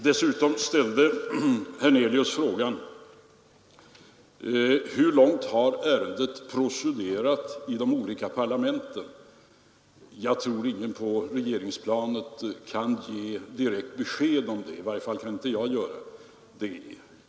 Dessutom ställde herr Hernelius frågan: Hur långt har ärendet procederat i de olika parlamenten? Jag tror inte att någon på regeringsplanet kan ge direkt besked om det. I varje fall kan inte jag göra det.